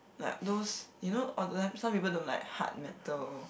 like those you know online some people don't like hard metal